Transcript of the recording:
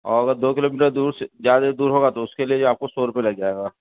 اور اگر دو کلو میٹر دور سے زیادہ دور ہوگا تو اس کے لیے آپ کو سو روپے لگ جائے گا